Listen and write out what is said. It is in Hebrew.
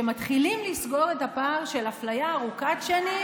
שמתחילים לסגור את הפער של אפליה ארוכת שנים,